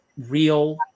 real